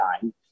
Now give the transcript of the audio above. time